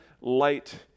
light